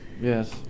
Yes